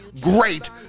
great